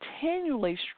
continually